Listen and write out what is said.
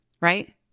Right